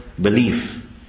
belief